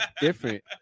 different